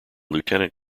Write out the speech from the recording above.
lieutenant